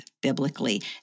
biblically